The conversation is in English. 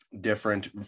different